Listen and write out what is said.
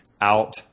out